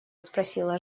спросила